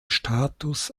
status